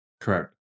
correct